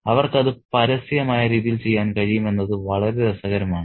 അവർക്ക് അത് പരസ്യമായ രീതിയിൽ ചെയ്യാൻ കഴിയും എന്നത് വളരെ രസകരമാണ്